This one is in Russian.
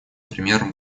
примером